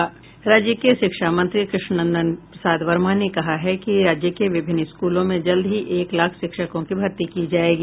राज्य के शिक्षा मंत्री कृष्ण नंदन प्रसाद वर्मा ने कहा है कि राज्य के विभिन्न स्कूलों में जल्द ही एक लाख शिक्षकों की भर्ती की जायेगी